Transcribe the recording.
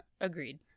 Agreed